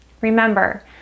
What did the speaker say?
Remember